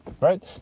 right